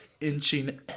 inching